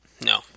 No